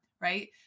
right